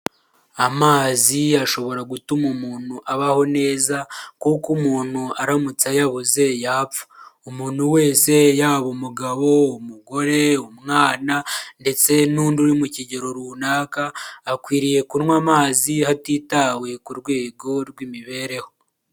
Amazi ashobora gutuma umuntu abaho neza kuko umuntu aramutse ayabuze yapfa, umuntu wese yaba umugabo, umugore umwana ndetse n'undi uri mu kigero runaka akwiriye kunywa amazi hatitawe ku rwego rw'imibereho.